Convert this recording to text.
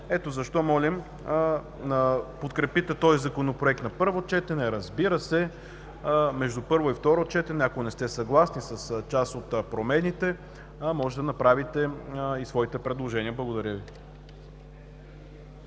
Ето защо молим да подкрепите този Законопроект на първо четене. Разбира се, между първо и второ четене, ако не сте съгласни с част от промените, може да направите и своите предложения. Благодаря Ви.